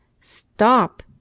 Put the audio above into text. Stop